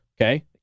okay